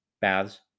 baths